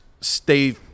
stay